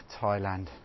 Thailand